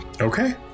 Okay